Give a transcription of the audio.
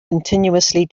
continuously